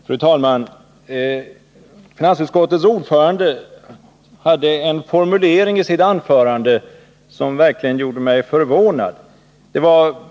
Fru talman! Finansutskottets ordförande hade en formulering i sitt anförande som verkligen gjorde mig förvånad.